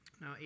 Now